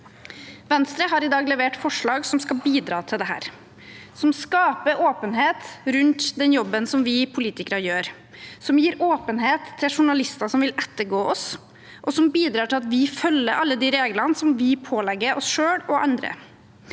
Venstre har i dag levert forslag som skal bidra til dette, som skaper åpenhet rundt den jobben som vi politikere gjør, som gir åpenhet til journalister som vil ettergå oss, og som bidrar til at vi følger alle de reglene som vi pålegger oss selv og andre.